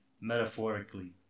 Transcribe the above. metaphorically